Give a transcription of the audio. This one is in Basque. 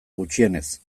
gutxienez